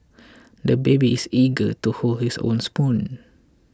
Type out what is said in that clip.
the baby is eager to hold his own spoon